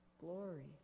glory